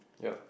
yeah